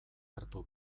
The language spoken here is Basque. hartu